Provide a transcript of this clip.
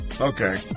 Okay